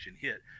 hit